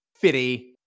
fitty